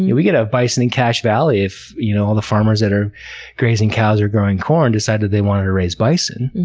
yeah we could have bison in cache valley if you know all the farmers that are grazing cows or growing corn decided they wanted to raise bison.